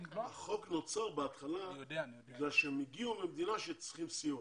החוק נוצר בהתחלה בגלל שהם הגיעו ממדינה שהם צריכים סיוע,